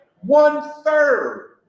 One-third